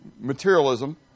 materialism